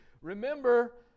Remember